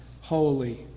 holy